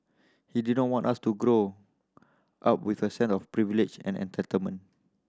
he didn't want us to grow up with a sense of privilege and entitlement